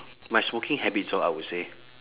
my smoking habits orh I would say